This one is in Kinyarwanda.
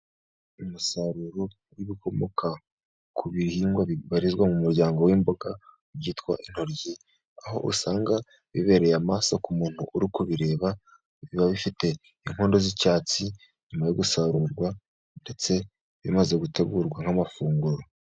Umusaruro w'ibikomoka ku bihingwa bibarizwa mu muryango w'imboga byitwa intoryi. Aho usanga bibereye amaso ku muntu uri kubireba biba bifite inkondo z'icyatsi nyuma yo gusarurwa ndetse bimaze gutegurwa nk'amafunguro.